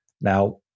Now